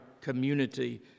community